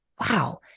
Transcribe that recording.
Wow